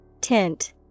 Tint